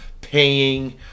paying